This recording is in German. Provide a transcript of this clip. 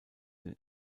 den